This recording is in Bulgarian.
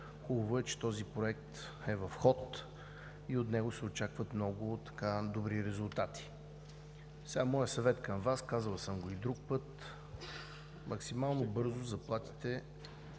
Хубаво е, че този проект е в ход и от него се очакват много добри резултати. Моят съвет към Вас е, казвал съм го и друг път: максимално бързо заплатите